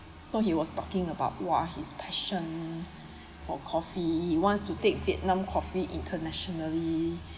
so he was talking about !wah! his passion for coffee he wants to take vietnam coffee international